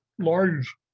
Large